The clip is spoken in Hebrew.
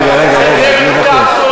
רגע, רגע, רגע, אני מבקש.